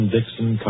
Dixon